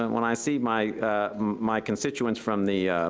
when i see my my constituents from the